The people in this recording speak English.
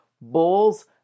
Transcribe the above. bulls